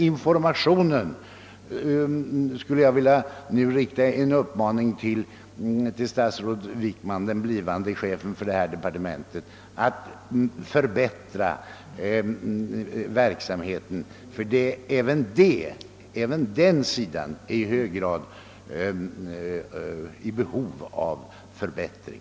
Jag skulle vilja uppmana statsrådet Wickman, den blivande chefen för detta departementet, att förbättra informationen, ty även den sidan av verksamheten är i behov av uppryckning.